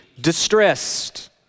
distressed